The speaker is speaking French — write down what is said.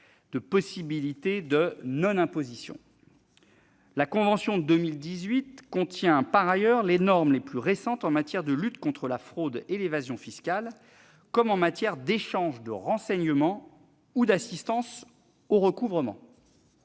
des possibilités de non-imposition. La convention de 2018 contient, par ailleurs, les normes les plus récentes en matière de lutte contre la fraude et l'évasion fiscales, comme en matière d'échange de renseignements ou d'assistance au recouvrement.